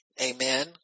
Amen